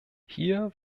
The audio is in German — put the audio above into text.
hier